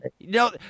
No